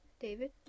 David